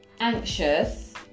anxious